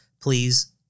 please